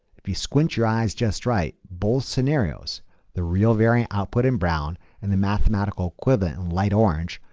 if you squint your eyes just right, both scenarios the real variant output in brown and the mathematical equivalent in light orange,